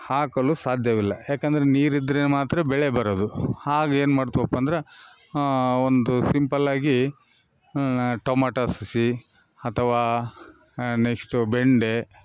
ಹಾಕಲು ಸಾಧ್ಯವಿಲ್ಲ ಯಾಕಂದ್ರೆ ನೀರು ಇದ್ರೆ ಮಾತ್ರ ಬೆಳೆ ಬರೋದು ಹಾಗೇನು ಮಾಡ್ತಿವಪ್ಪ ಅಂದ್ರೆ ಒಂದು ಸಿಂಪಲ್ಲಾಗಿ ಟೊಮಾಟ ಸಸಿ ಅಥವಾ ನೆಷ್ಟು ಬೆಂಡೇ